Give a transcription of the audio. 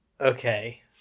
Okay